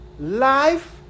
Life